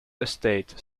estate